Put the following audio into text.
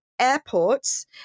airports